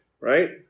right